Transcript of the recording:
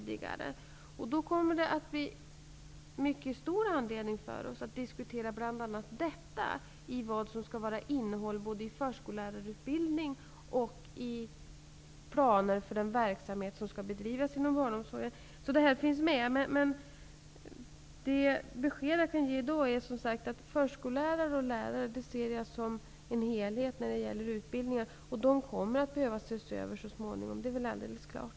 Det kommer alltså att finnas stor anledning att diskutera innehållet både i förskolelärarutbildningen och i verksamheten som skall bedrivas inom barnomsorgen. Mitt besked i dag är att jag ser utbildning för föreskolelärare och lärare som en helhet. Innehållet i dessa utbildningar kommer att behöva ses över så småningom, det är alldeles klart.